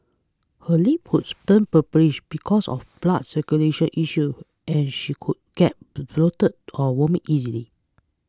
her lips would turn purplish because of blood circulation issues and she could get bloated or vomit easily